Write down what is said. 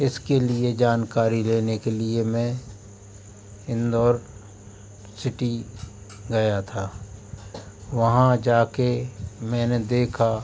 इसके लिए जानकारी लेने के लिए मैं इंदौर सिटी गया था वहाँ जाकर मैंने देखा